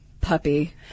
puppy